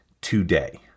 today